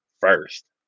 first